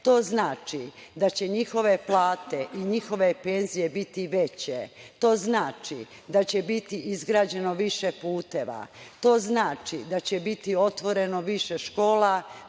To znači da će njihove plate i njihove penzije biti veće. To znači da će biti izgrađeno više puteva. To znači da će biti otvoreno više škola.